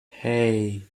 hey